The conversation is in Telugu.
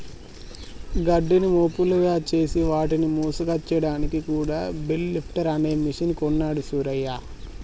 గడ్డిని మోపులుగా చేసి వాటిని మోసుకొచ్చాడానికి కూడా బెల్ లిఫ్టర్ అనే మెషిన్ కొన్నాడు సూరయ్య